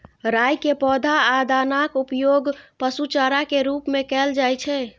राइ के पौधा आ दानाक उपयोग पशु चारा के रूप मे कैल जाइ छै